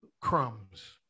crumbs